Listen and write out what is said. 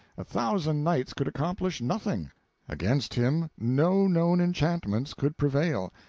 a thousand knights could accomplish nothing against him no known enchantments could prevail.